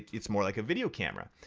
it's more like a video camera.